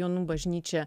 jonų bažnyčią